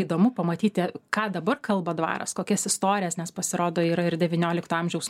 įdomu pamatyti ką dabar kalba dvaras kokias istorijas nes pasirodo yra ir devyniolikto amžiaus